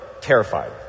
terrified